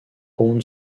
own